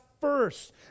first